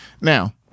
Now